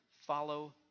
follow